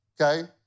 okay